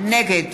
נגד